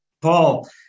Paul